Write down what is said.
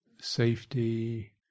safety